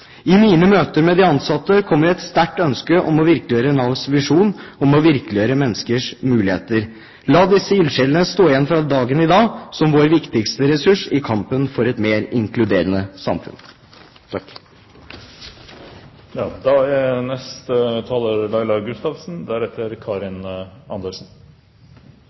I mine møter med de ansatte kommer et sterkt ønske om å virkeliggjøre Navs visjon, å virkeliggjøre menneskers muligheter. La disse ildsjelene stå igjen fra dagen i dag som vår viktigste ressurs i kampen for et mer inkluderende samfunn. Gode, likeverdige offentlige tjenester ligger en sosialdemokrat varmt rundt hjertet. Det er